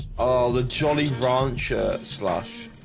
oh the jolly rancher so